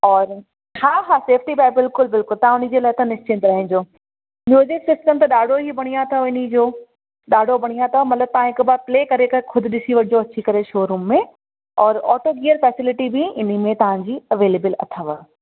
और हा हा सेफ़्टी बैग बिल्कुलु बिल्कुलु तव्हां उनजे लाइ त निश्चिंत रहजो म्यूज़ीक सिस्टम त ॾाढो ई बणिया अथव इनजो ॾाढो बणिया अथव मतिलब तव्हां हिकु बार प्ले करे करे खुदि ॾिसी वठिजो अची करे शोरूम में और ऑटोगीयर फ़ैसेलिटी बि इनमें तव्हांजी अवेलेबल अथव